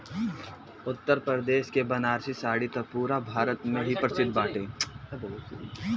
उत्तरप्रदेश के बनारसी साड़ी त पुरा भारत में ही प्रसिद्ध बाटे